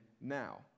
now